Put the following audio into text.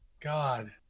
God